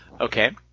Okay